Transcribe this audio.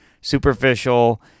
superficial